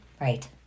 Right